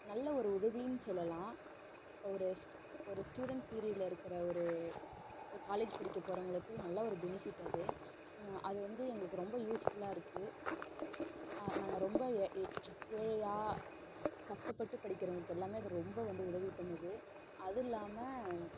நல்ல ஒரு உதவின்னு சொல்லலாம் ஒரு ஸ்ட் ஒரு ஸ்டூடெண்ட் பீரியடில் இருக்கிற ஒரு இப்போ காலேஜ் படிக்கப் போகிறவங்களுக்கும் நல்லா ஒரு பெனிஃபிட் அது அது வந்து எங்களுக்கு ரொம்ப யூஸ்ஃபுல்லாக இருக்குது நாங்கள் ரொம்ப ஏ ஏ ஏழையாக கஸ்டப்பட்டு படிக்கிறவங்களுக்கு எல்லாம் அது ரொம்ப வந்து உதவி பண்ணுது அது இல்லாமல்